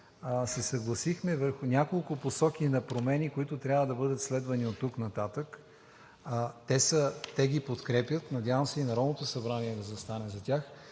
се съгласихме върху няколко посоки на промени, които трябва да бъдат следвани оттук нататък. Те ги подкрепят, надявам се и Народното събрание да застане зад тях.